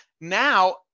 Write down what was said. now